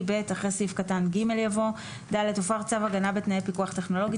אחרי סעיף קטן (ג) יבוא: "(ד) הופר צו הגנה בתנאי פיקוח טכנולוגי,